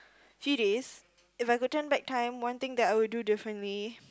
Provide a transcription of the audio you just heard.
three days if I could turn back time one thing that I would do differently